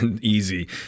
easy